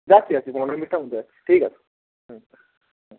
যাচ্ছি যাচ্ছি পনেরো মিনিটে আমি যাচ্ছি ঠিক আছে হুম